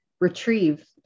retrieve